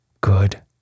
good